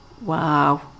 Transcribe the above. Wow